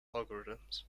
algorithms